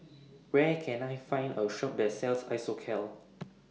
Where Can I Find A Shop that sells Isocal